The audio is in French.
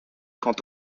quant